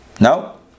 No